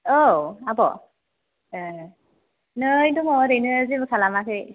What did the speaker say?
औ आब' ए नै दङ ओरैनो जेबो खालामाखै